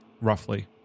roughly